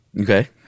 Okay